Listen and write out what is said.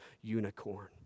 unicorn